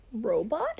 Robot